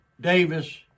Davis